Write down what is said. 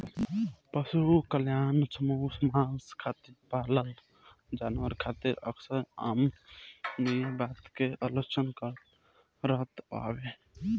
पशु कल्याण समूह मांस खातिर पालल जानवर खातिर अक्सर अमानवीय बता के आलोचना करत रहल बावे